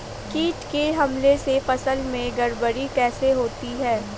कीट के हमले से फसल में गड़बड़ी कैसे होती है?